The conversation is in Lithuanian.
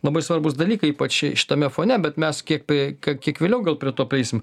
labai svarbūs dalykai ypač ši šitame fone bet mes kiek e kiek kiek vėliau gal prie to prieisime